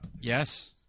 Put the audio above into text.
Yes